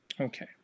Okay